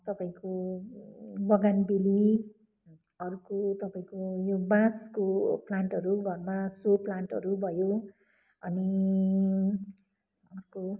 तपाईँको बगानबेली अर्को तपाईँको यो बाँसको प्लान्टहरू घरमा सो प्लान्टहरू भयो अनि अर्को